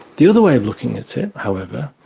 the other way of looking at it, however,